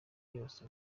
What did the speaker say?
yose